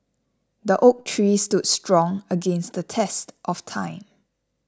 the oak tree stood strong against the test of time